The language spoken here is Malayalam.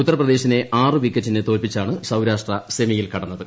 ഉത്തർപ്രദേശിനെ ആറ് വിക്കറ്റിന് തോൽപ്പിച്ചാണ് സൌരാഷ്ട്ര സെമിയിൽ കടന്നത്